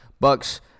bucks